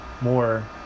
more